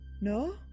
no